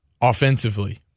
Offensively